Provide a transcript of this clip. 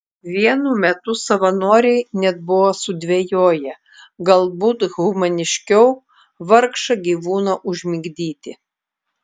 vienu metu savanoriai net buvo sudvejoję galbūt humaniškiau vargšą gyvūną užmigdyti